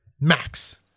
Max